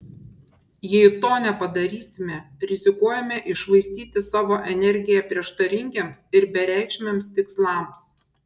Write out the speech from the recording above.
jei to nepadarysime rizikuojame iššvaistyti savo energiją prieštaringiems ir bereikšmiams tikslams